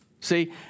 See